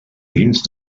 dins